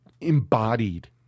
embodied